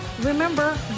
remember